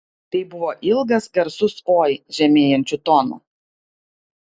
tai buvo ilgas garsus oi žemėjančiu tonu